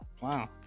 wow